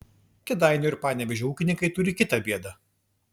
kėdainių ir panevėžio ūkininkai turi kitą bėdą